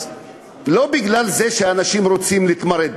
זה לא מפני שאנשים רוצים להתמרד.